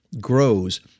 grows